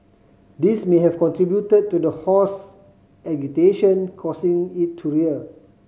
this may have contributed to the horse agitation causing it to rear